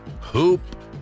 Hoop